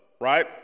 Right